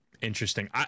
Interesting